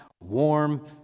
warm